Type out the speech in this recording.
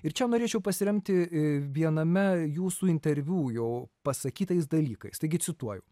ir čia norėčiau pasiremti viename jūsų interviu jau pasakytais dalykais taigi cituoju